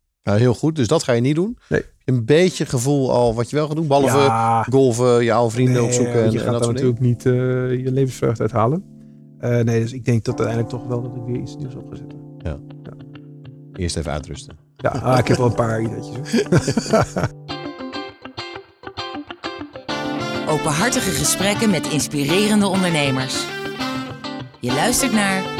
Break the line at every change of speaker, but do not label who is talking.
Ja, heel goed. Dus dat ga je niet doen?
Nee.
Een beetje gevoel al wat je wel gaat doen. Behalve
Ja.
golven, je oude vrienden
Nee,
opzoeken
want
en-
je
en
gaat
dat
daar
soort dingen.
natuurlijk niet, eh, je levensvreugde uit halen. Eh, nee, dus ik denk dat uiteindelijk toch wel dat ik weer iets nieuws op ga zetten.
Ja.
Ja.
Eerst even uitrusten.
Ja, ah, ik heb wel een paar ideetjes, hoor.
Openhartige gesprekken met inspirerende ondernemers. Je luistert naar